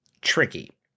tricky